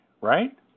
right